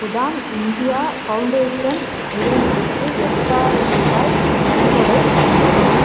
Udaan India foundation நிறுவனத்திற்கு எட்டாயிரம் ரூபாய் நன்கொடை வழங்கவும்